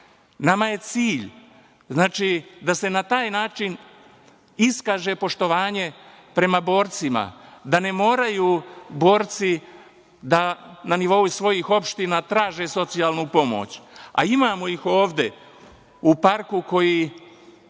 Nama je cilj da se na taj način iskaže poštovanje prema borcima, da ne moraju borci da na nivou svojih opština traže socijalnu pomoć, a imamo ih ovde u parku koji